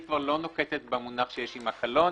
כבר לא נוקטת במונח "שיש עמה קלון",